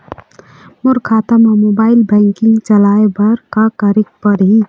मोर खाता मा mobile banking चलाए बर का करेक पड़ही?